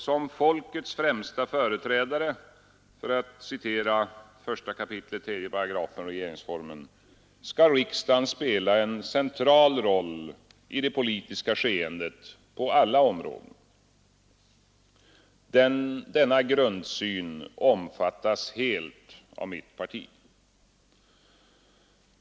Som ”folkets främsta företrädare” — för att citera ur 1 kap. 3 § regeringsformen — skall riksdagen spela en central roll i det politiska skeendet på alla områden Denna grundsyn omfattas helt av mitt parti.